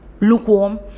lukewarm